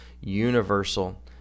universal